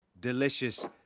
Delicious